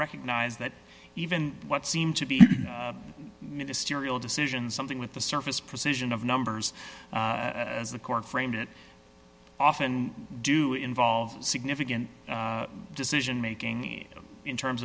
recognized that even what seem to be ministerial decisions something with the surface precision of numbers as the court framed it often do involve significant decision making in terms